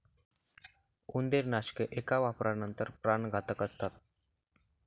उंदीरनाशके एका वापरानंतर प्राणघातक असतात